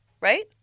Right